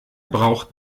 braucht